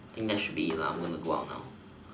I think that should be it I'm going to go out now